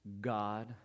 God